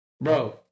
bro